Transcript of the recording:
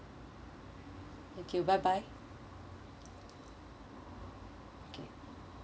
thank you bye bye okay